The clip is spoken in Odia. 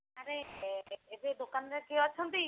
ଆରେ ଏବେ ଦୋକାନରେ କିଏ ଅଛନ୍ତି